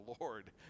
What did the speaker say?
Lord